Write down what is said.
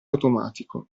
automatico